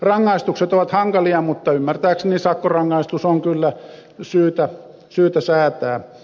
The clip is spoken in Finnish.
rangaistukset ovat hankalia mutta ymmärtääkseni sakkorangaistus on kyllä syytä säätää